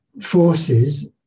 forces